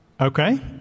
Okay